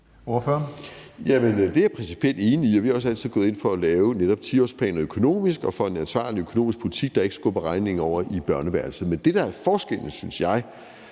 (RV): Det er jeg principielt enig i, og vi har også altid gået ind for at lave netop 10-årsplaner og politik, der er økonomisk ansvarlig, og som ikke skubber regningen over i børneværelset. Men det, der er forskellen, synes jeg